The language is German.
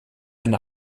eine